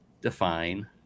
define